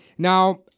Now